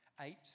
Eight